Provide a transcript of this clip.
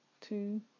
two